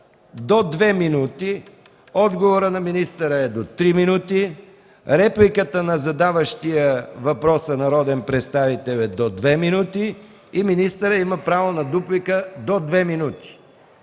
до две минути; отговорът на министъра е до три минути; репликата на задаващия въпроса народен представител е до две минути и министъра има право да дуплика до две минути.